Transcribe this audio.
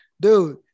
dude